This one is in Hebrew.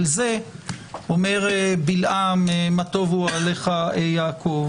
על זה אומר בלעם: מה טובו אוהליך יעקב.